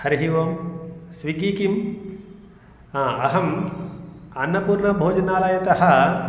हरिः ओम् स्विग्गि किं अहं अन्नपूर्ण भेजनालयतः